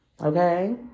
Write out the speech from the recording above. Okay